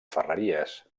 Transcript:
ferreries